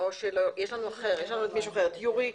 יש לנו את יורי